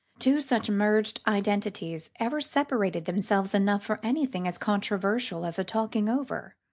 two such merged identities ever separated themselves enough for anything as controversial as a talking-over.